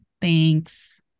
Thanks